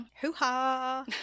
Hoo-ha